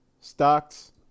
Stocks